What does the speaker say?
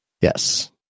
yes